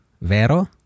vero